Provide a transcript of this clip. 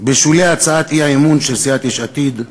בשולי הצעת האי-אמון של סיעת יש עתיד,